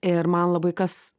ir man labai kas